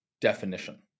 definition